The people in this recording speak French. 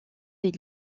des